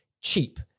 cheap